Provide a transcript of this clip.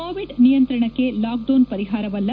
Covid ನಿಯಂತ್ರಣಕ್ಕೆ lockdown ಪರಿಹಾರವಲ್ಲ